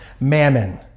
mammon